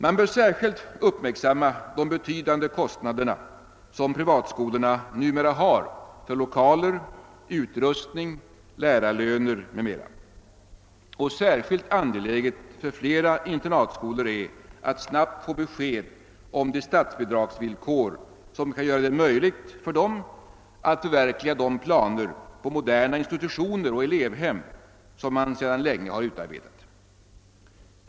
Man bör särskilt uppmärksamma de betydande kostnader som privatskolorna numera har för lokaler, utrustning, lärarlöner m.m. Särskilt angeläget för flera internatskolor är att snabbt få besked om de statsbidragsvillkor som kan göra det möjligt för dem att förverkliga de planer på moderna institutioner och elevhem som sedan länge har utarbetats.